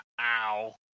ow